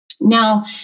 Now